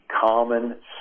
common